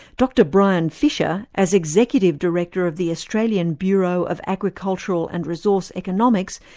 dr brian fisher, as executive director of the australian bureau of agricultural and resource economics,